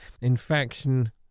infection